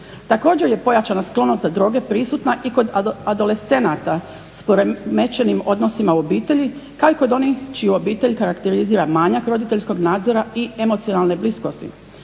Također je pojačana sklonost na droge prisutna i kod adolescenata s poremećenim odnosima u obitelji, kao i kod onih čiju obitelj karakterizira manjak roditeljskog nadzora i emocijalne bliskosti.